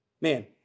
man